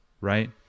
Right